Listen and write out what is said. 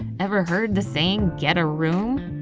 ever heard the saying, get a room?